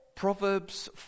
Proverbs